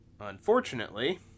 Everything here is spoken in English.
Unfortunately